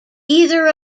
either